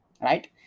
right